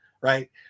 right